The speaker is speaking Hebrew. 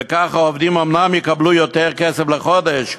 וכך העובדים אומנם יקבלו יותר כסף לחודש,